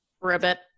Ribbit